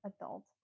Adult